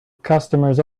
customers